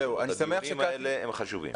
הדיונים האלה הם חשובים.